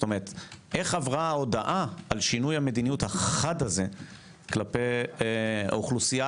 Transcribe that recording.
איך עברה ההודעה על שינוי המדיניות החד הזה כלפי האוכלוסייה